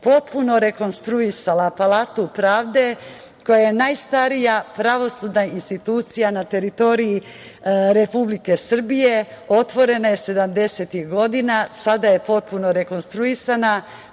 potpuno rekonstruisala Palatu pravde koja je najstarija pravosudna institucija na teritoriji Republike Srbije. Otvorena je sedamdesetih godina, sada je potpuno rekonstruisana.